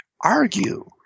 argue